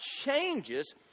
changes